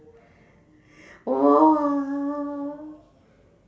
!wah!